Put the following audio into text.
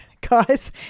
guys